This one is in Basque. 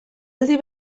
aldi